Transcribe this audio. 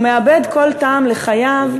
הוא מאבד כל טעם לחייו.